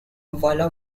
walla